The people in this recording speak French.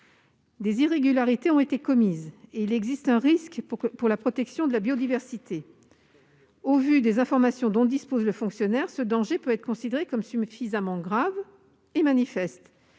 Des irrégularités ont été commises et il existe un risque pour la protection de la biodiversité. Au vu des informations dont dispose le fonctionnaire, ce danger peut être considéré comme suffisamment grave et manifeste,